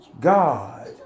God